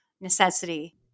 necessity